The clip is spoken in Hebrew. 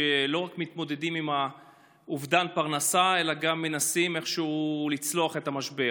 שלא רק מתמודדים עם אובדן פרנסה אלא גם מנסים איכשהו לצלוח את המשבר.